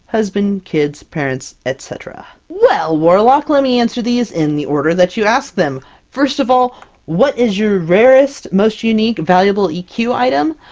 husband, kids, parents, etc. well warlock, let me answer these in the order that you asked them first of all what is your rarest most unique valuable eq item?